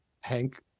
Hank